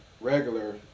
regular